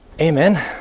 Amen